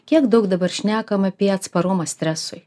kiek daug dabar šnekam apie atsparumą stresui